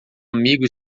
amigo